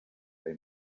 they